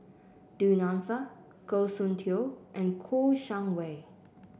Du Nanfa Goh Soon Tioe and Kouo Shang Wei